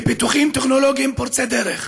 בפיתוחים טכנולוגיים פורצי דרך,